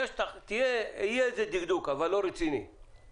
יהיה איזה דגדוג אבל לא רציני.